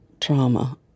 trauma